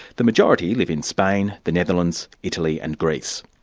the majority live in spain, the netherlands, italy and greece.